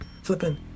flipping